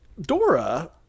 Dora